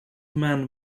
man